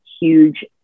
huge